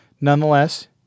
nonetheless